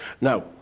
Now